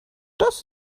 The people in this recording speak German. das